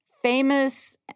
famous